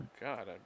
God